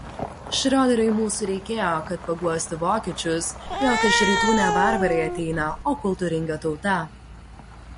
šrioderiui mūsų reikėjo kad paguostų vokiečius jog iš rytų ne barbarai ateina o kultūringa tauta